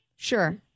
sure